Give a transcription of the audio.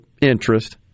interest